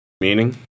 Meaning